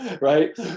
Right